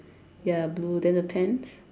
ya blue then the pants